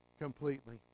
completely